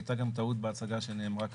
הייתה גם טעות בהצגת הדברים.